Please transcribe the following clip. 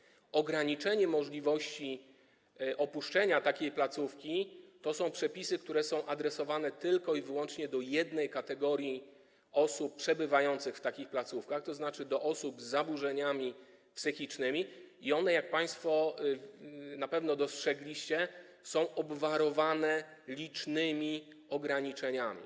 Jeśli chodzi o ograniczenie możliwości opuszczenia takiej placówki, to są to przepisy adresowane tylko i wyłącznie do jednej kategorii osób przebywających w takich placówkach, tzn. do osób z zaburzeniami psychicznymi, i one, jak państwo na pewno dostrzegliście, są obwarowane licznymi ograniczeniami.